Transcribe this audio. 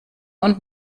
und